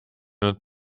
olnud